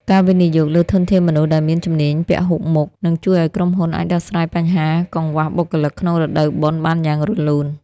ការវិនិយោគលើធនធានមនុស្សដែលមានជំនាញពហុមុខ នឹងជួយឱ្យក្រុមហ៊ុនអាចដោះស្រាយបញ្ហាកង្វះបុគ្គលិកក្នុងរដូវបុណ្យបានយ៉ាងរលូន។